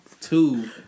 two